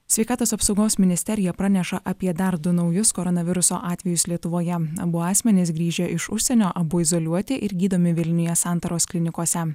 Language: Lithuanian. sveikatos apsaugos ministerija praneša apie dar du naujus koronaviruso atvejus lietuvoje abu asmenys grįžę iš užsienio abu izoliuoti ir gydomi vilniuje santaros klinikose